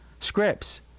Scripts